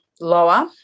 lower